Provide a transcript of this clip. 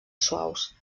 suaus